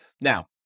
Now